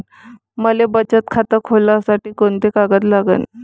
मले बचत खातं खोलासाठी कोंते कागद लागन?